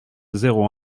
zéro